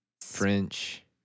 French